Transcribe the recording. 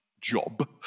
job